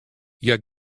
hja